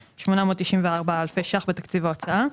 2,393,894,000 ₪ בתקציב ההוצאה.